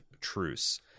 truce